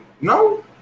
no